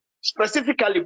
specifically